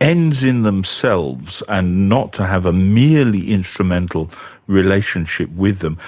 ends in themselves, and not to have a merely instrumental relationship with them,